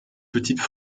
petites